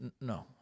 No